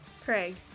Craig